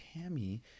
Tammy